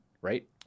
right